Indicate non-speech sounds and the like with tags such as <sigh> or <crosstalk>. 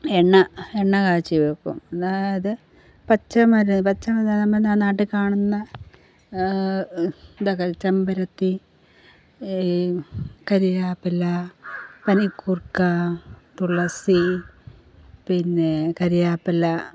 എണ്ണ എണ്ണ കാച്ചിവെയ്ക്കും അതായത് <unintelligible> നാട്ടിൽ കാണുന്ന ഇതൊക്കെ ചെമ്പരത്തി കറിവേപ്പില പനിക്കൂർക്ക തുളസി പിന്നെ കറിവേപ്പില